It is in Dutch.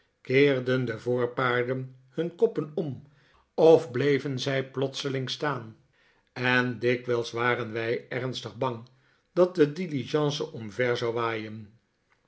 keerden de voorpaarden hun koppen om of bleven zij plotseling staan en dikwijls waren wij ernstig bang dat de diligence omver zou waaien